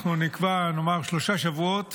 אנחנו נקבע, נאמר, שלושה שבועות